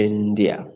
India